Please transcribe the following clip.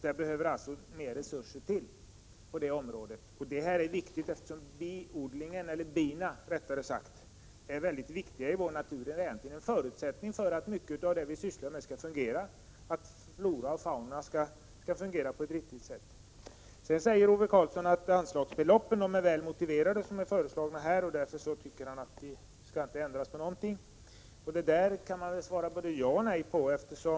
Det behövs alltså mer resurser på det området. Detta är viktigt, eftersom bina är mycket viktiga i naturen. De är egentligen förutsättningen för att mycket i flora och fauna skall fungera på ett riktigt sätt. Ove Karlsson säger också att anslagsbeloppen är väl motiverade och att de därför inte skall ändras. Man kan säga både ja och nej till det påståendet.